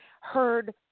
heard